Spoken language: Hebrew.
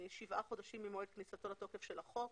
שבעה חודשים ממועד כניסתו לתוקף של החוק,